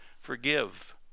forgive